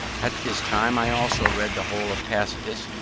at this time i also read the whole of tacitus,